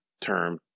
term